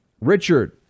Richard